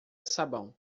sabão